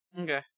okay